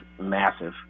massive